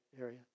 area